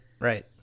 right